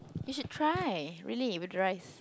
we should try really if drives